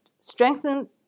strengthen